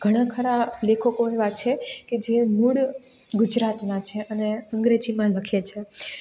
ઘણા ખરા લેખકો એવા છે જે મૂળ ગુજરાતના છે અને અંગ્રેજીમાં લખે છે